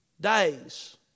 days